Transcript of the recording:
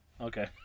Okay